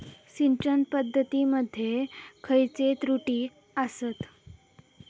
सिंचन पद्धती मध्ये खयचे त्रुटी आसत?